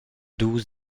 dus